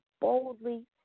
boldly